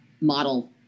model